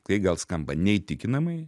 tai gal skamba neįtikinamai